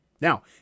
Now